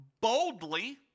boldly